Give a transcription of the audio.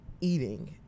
eating